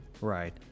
right